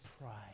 pride